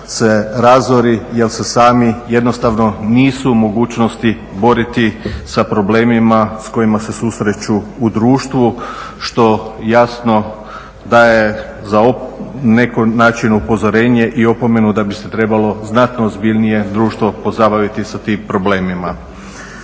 se razori jer se sami jednostavno nisu u mogućnosti boriti sa problemima s kojima se susreću u društvu što jasno daje na neki način upozorenje i opomenu da bi se trebalo znatno ozbiljnije društvo pozabaviti sa tim problemima.